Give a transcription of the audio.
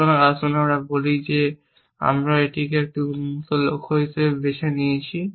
সুতরাং আসুন আমরা বলি যে আমরা এটিকে একটি উন্মুক্ত লক্ষ্য হিসাবে বেছে নিয়েছি